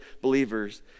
believers